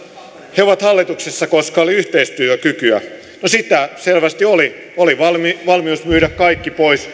he ovat hallituksessa koska oli yhteistyökykyä no sitä selvästi oli oli valmius myydä kaikki pois